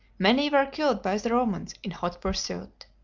many were killed by the romans in hot pursuit.